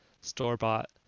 store-bought